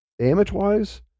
Damage-wise